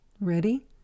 Ready